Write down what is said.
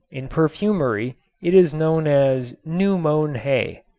in perfumery it is known as new mown hay.